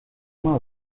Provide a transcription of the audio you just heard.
uma